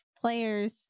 players